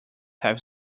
have